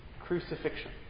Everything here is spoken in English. crucifixion